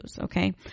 Okay